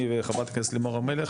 אני וחברת הכנסת לימור סון הר מלך